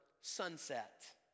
sunset